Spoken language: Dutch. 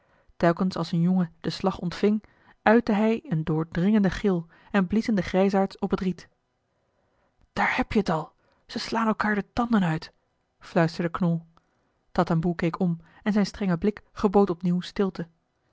telkens als een jongen den slag ontving uitte hij een doordringenden gil en bliezen de grijsaards op het riet daar heb je het al ze slaan elkaar de tanden uit fluisterde knol tatamboe keek om en zijn strenge blik gebood opnieuw stilte